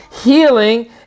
healing